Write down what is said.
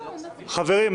חברים,